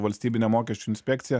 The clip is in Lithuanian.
valstybine mokesčių inspekcija